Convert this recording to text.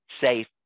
safe